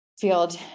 field